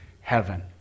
heaven